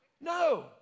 No